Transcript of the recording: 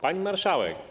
Pani Marszałek!